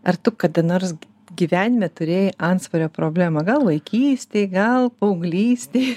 ar tu kada nors gyvenime turėjai antsvorio problemą gal vaikystėj gal paauglystė